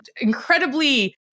incredibly